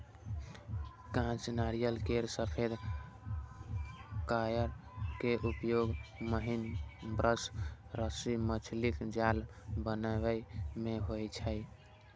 कांच नारियल केर सफेद कॉयर के उपयोग महीन ब्रश, रस्सी, मछलीक जाल बनाबै मे होइ छै